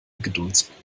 geduldsprobe